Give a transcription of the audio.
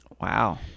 Wow